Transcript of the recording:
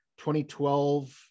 2012